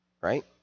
Right